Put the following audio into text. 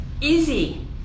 easy